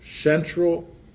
central